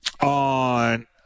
on